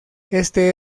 este